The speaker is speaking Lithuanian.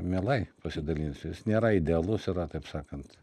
mielai pasidalinsiu jis nėra idealus yra taip sakant